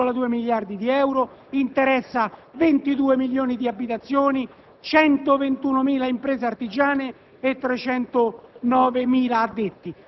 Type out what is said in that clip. Abbiamo difeso gli interessi dei più deboli rispetto alle posizioni dominanti nella distribuzione di energia